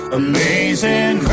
amazing